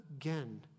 again